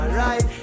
right